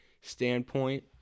standpoint